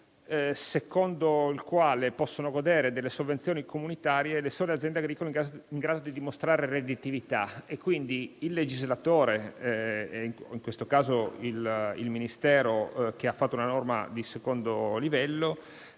secondo il quale possono godere delle sovvenzioni comunitarie le sole aziende agricole in grado di dimostrare redditività. Quindi il legislatore, e in questo caso il Ministero che ha fatto una norma di secondo livello,